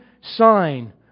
sign